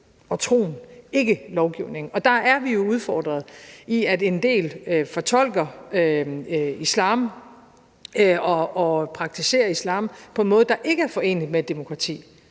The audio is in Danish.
og troen – ikke lovgivningen. Og der er vi jo udfordret, idet en del fortolker islam og praktiserer islam på en måde, der ikke er forenelig med et demokrati,